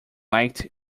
liked